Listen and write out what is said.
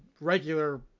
regular